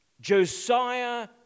Josiah